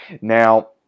now